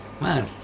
man